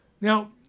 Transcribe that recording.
Now